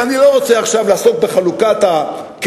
ואני לא רוצה עכשיו לעסוק בחלוקת הקרדיטים,